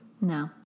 No